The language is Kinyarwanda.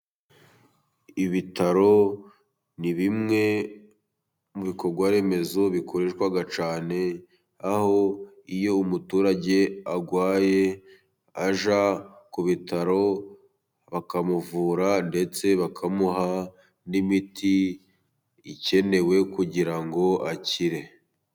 Ibitaro ni bimwe mu bikorwa remezo bikoreshwa cyane, aho iyo umuturage arwaye ajya ku bitaro bakamuvura, ndetse bakamuha n'imiti ikenewe kugira ngo akire.